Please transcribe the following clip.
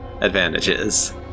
advantages